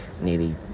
nearly